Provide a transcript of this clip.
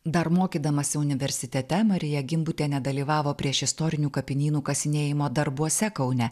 dar mokydamasi universitete marija gimbutienė dalyvavo priešistorinių kapinynų kasinėjimo darbuose kaune